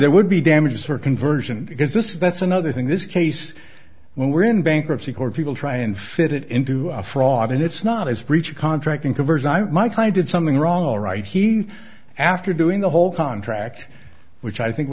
there would be damages for conversion because this that's another thing this case were in bankruptcy court people try and fit it into a fraud and it's not as breach of contract and covers i might i did something wrong all right he after doing the whole contract which i think